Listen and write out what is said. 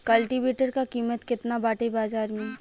कल्टी वेटर क कीमत केतना बाटे बाजार में?